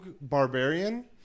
barbarian